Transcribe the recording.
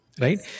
Right